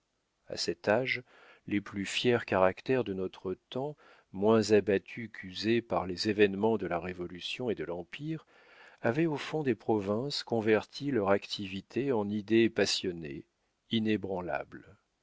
a cet âge les plus fiers caractères de notre temps moins abattus qu'usés par les événements de la révolution et de l'empire avaient au fond des provinces converti leur activité en idées passionnées inébranlables